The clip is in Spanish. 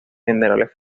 generales